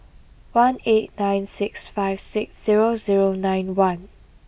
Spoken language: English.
one eight nine six five six zero zero nine one